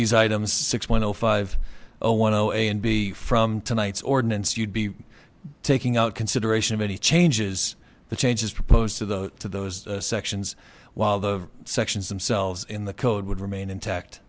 these items six point zero five zero one zero a and b from tonight's ordinance you'd be taking out consideration of any changes the changes proposed to those to those sections while the sections themselves in the code would remain intact